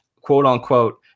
quote-unquote